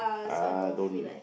I don't